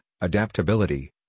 adaptability